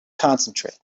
concentrate